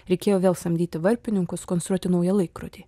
reikėjo vėl samdyti varpininkus konstruoti naują laikrodį